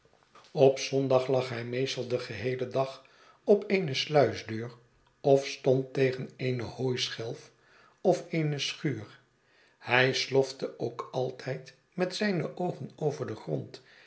op zondag lag hij meestal den geheelen dag op eene sluisdeur of stond tegen eene hooischelf of eene schuur hij slofte ook altijd met zijne oogen over den grond